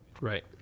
Right